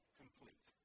complete